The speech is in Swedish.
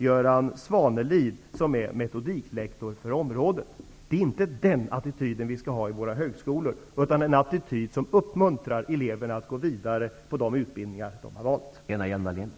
Göran Det är inte den attityden vi skall ha på våra högskolor utan en attityd som uppmuntrar eleverna att gå vidare på de utbildningar som de har valt.